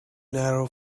narrow